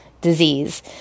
disease